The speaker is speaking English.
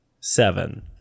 seven